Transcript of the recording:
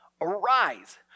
Arise